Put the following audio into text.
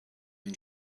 and